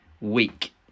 week